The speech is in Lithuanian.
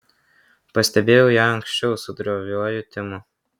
pastebėjau ją anksčiau su droviuoju timu